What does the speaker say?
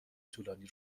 طولانی